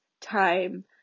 time